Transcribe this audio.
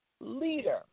leader